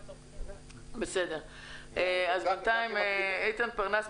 אז בינתיים נשמע את איתן פרנס,